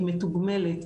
היא מתוגמלת,